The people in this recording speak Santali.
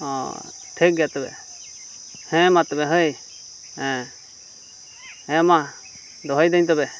ᱚᱻ ᱴᱷᱤᱠ ᱜᱮᱭᱟ ᱛᱚᱵᱮ ᱦᱮᱸᱢᱟ ᱛᱚᱵᱮ ᱦᱳᱭ ᱦᱮᱸ ᱦᱮᱸᱢᱟ ᱫᱚᱦᱚᱭ ᱫᱟᱹᱧ ᱛᱚᱵᱮ